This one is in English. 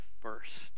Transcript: first